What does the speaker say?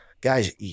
guys